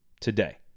today